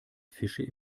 fische